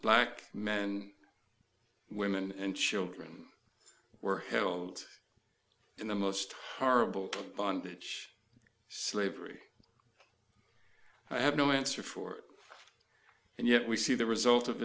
black men and women and children were held in the most horrible bondage slavery i have no answer for and yet we see the result of